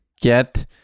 get